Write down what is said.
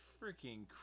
freaking